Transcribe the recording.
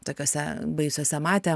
tokiuose baisiuose matę